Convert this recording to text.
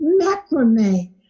Macrame